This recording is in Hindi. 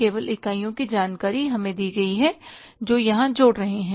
केवल इकाइयों की जानकारी हमें दी गई है जो यहाँ जोड़ रहे हैं